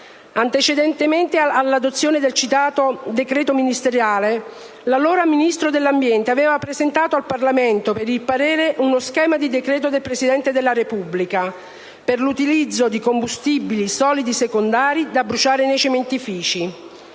Antecedentemente all'adozione del citato decreto ministeriale, l'allora Ministro dell'ambiente aveva presentato al Parlamento, per il parere, uno schema di decreto del Presidente della Repubblica per l'utilizzo di combustibili solidi secondari da bruciare nei cementifici.